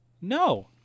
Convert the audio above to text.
no